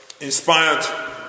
inspired